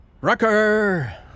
Rucker